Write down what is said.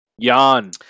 Jan